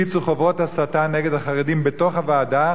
הפיצו חוברות הסתה נגד החרדים בתוך הוועדה